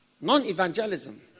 Non-evangelism